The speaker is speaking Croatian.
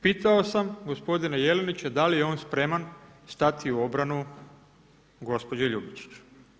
Pitao sam gospodina Jelinića da li je on spreman stati u obranu gospođe Ljubičić.